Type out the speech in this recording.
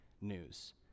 news